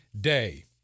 Day